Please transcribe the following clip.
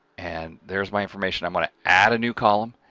and there's my information. i'm going to add a new column,